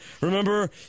remember